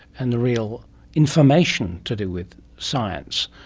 and the real information to do with science,